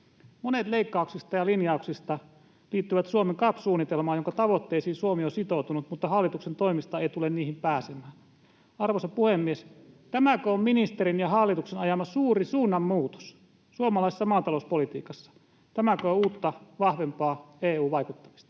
Monet leikkauksista ja linjauksista liittyvät Suomen CAP-suunnitelmaan, jonka tavoitteisiin Suomi on sitoutunut mutta hallituksen toimesta ei tule niihin pääsemään. Arvoisa puhemies! Tämäkö on ministerin ja hallituksen ajama suuri suunnanmuutos suomalaisessa maatalouspolitiikassa? Tämäkö on uutta, vahvempaa EU-vaikuttamista?